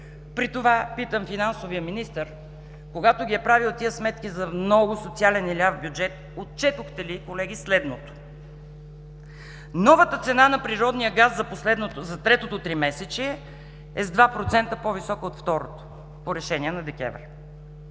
При това питам финансовия министър, когато е правил тези сметки – за много социален и ляв бюджет, отчетохте ли колеги, следното: новата цена на природния газ за третото тримесечие е с 2% по-висока от второто по решение на ДЕКВР.